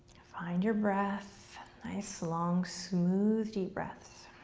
find your breath. nice long smooth deep breaths.